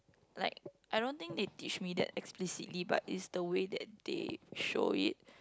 like I don't think they teach me that explicitly but is the way that they show it